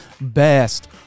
best